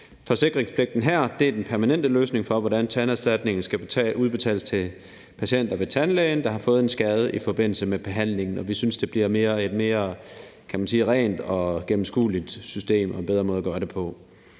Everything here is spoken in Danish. Forsikringspligten her er den permanente løsning for, hvordan tanderstatninger skal udbetales til patienter ved tandlægen, der har fået en skade i forbindelse med behandlingen. Vi synes, at det bliver et mere rent og gennemskueligt system og en bedre måde at gøre det på.